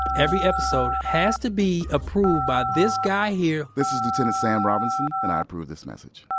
every episode has to be approved by this guy here this is lieutenant sam robinson and i approve this message